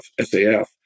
SAF